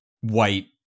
white